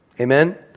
Amen